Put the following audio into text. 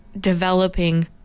developing